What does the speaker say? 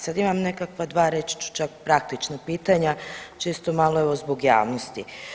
Sad imam nekakva dva reći ću praktična pitanja čisto malo evo zbog javnosti.